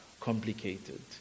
complicated